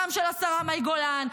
גם של השרה מאי גולן,